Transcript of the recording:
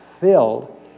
filled